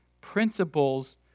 principles